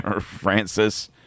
Francis